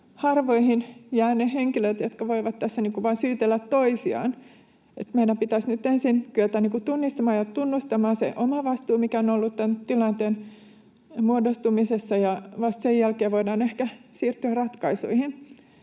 harvoihin jäävät ne henkilöt, jotka voivat tässä vain syytellä toisiaan. Meidän pitäisi nyt ensin kyetä tunnistamaan ja tunnustamaan se oma vastuu, mikä on ollut tämän tilanteen muodostumisessa, ja vasta sen jälkeen voidaan ehkä siirtyä ratkaisuihin.